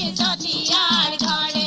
ah da da da da